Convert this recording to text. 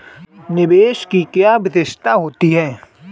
निवेश की क्या विशेषता होती है?